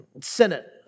Senate